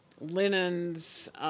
linens